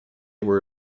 were